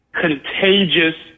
contagious